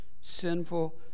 sinful